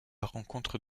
rencontre